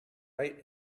right